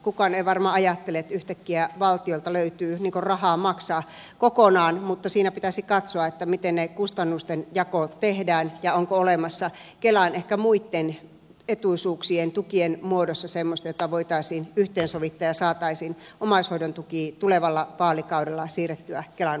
kukaan ei varmaan ajattele että yhtäkkiä valtiolta löytyy rahaa maksaa kokonaan mutta siinä pitäisi katsoa miten kustannusten jako tehdään ja onko olemassa kelan ehkä muitten etuisuuksien tukien muodossa semmoista jota voitaisiin yhteensovittaa että saataisiin omaishoidon tuki tulevalla vaalikaudella siirrettyä kelan vastattavaksi